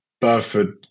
Burford